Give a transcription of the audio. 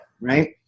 right